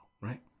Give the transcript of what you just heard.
Right